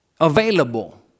available